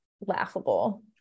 laughable